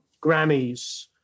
Grammys